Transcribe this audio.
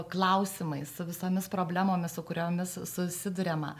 klausimais su visomis problemomis su kuriomis susiduriama